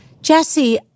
Jesse